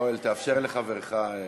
יואל, תאפשר לחברך לדבר.